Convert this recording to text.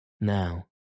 Now